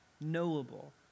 knowable